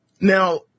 Now